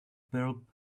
purple